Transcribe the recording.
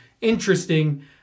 interesting